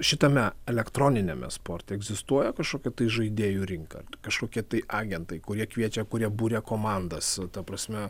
šitame elektroniniame sporte egzistuoja kažkokia tai žaidėjų rinka kažkokie tai agentai kurie kviečia kurie buria komandas ta prasme